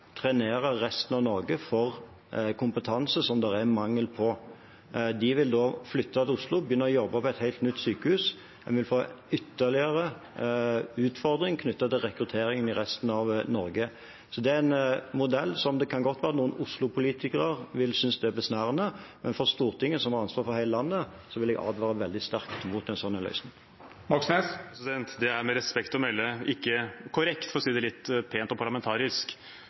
De vil da flytte til Oslo, begynne å jobbe på et helt nytt sykehus, og man vil få ytterligere en utfordring knyttet til rekruttering i resten av Norge. Det er en modell som det godt kan være at noen Oslo-politikere synes er besnærende, men for Stortinget, som har ansvar for hele landet, vil jeg advare veldig sterkt mot en slik løsning. Bjørnar Moxnes – til oppfølgingsspørsmål. Det er med respekt å melde ikke korrekt, for å si det litt pent og parlamentarisk.